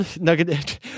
Nugget